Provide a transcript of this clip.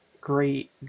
great